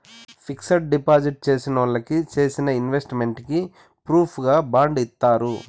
fixed deposit చేసినోళ్ళకి చేసిన investment కి ప్రూఫుగా బాండ్ ఇత్తారు